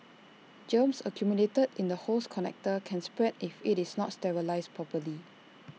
germs accumulated in the hose connector can spread if IT is not sterilised properly